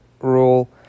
rule